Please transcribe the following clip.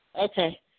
Okay